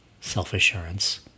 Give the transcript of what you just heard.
self-assurance